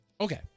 Okay